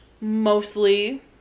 mostly